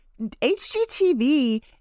HGTV